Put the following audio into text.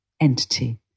entity